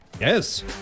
Yes